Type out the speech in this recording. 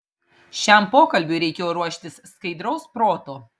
šiam pokalbiui reikėjo ruoštis skaidraus proto